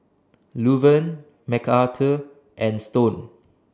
Luverne Macarthur and Stone